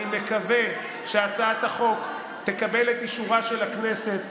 אני מקווה שהצעת החוק תקבל את אישורה של הכנסת